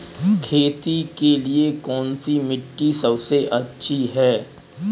खेती के लिए कौन सी मिट्टी सबसे अच्छी है?